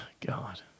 God